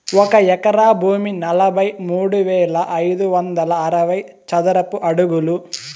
ఒక ఎకరా భూమి నలభై మూడు వేల ఐదు వందల అరవై చదరపు అడుగులు